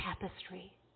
tapestry